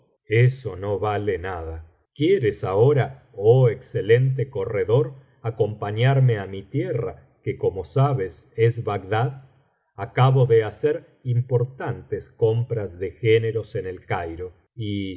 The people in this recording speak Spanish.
eso no vale fiada quieres ahora oh excelente corredor acompañarme á mi tierra que como sabes es bagdad acabo de hacer importantes compras de géneros en el cairo y